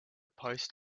post